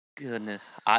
Goodness